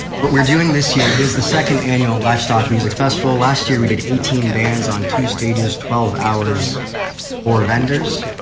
what we're doing this year is the second annual livestock music festival. last year we did eighteen bands on two stadium, twelve hours for vendors.